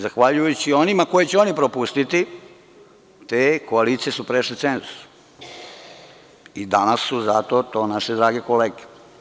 Zahvaljujući onima koje će oni propustiti, te koalicije su prešle cenzus i danas su zato to naše drage kolege.